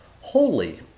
Holy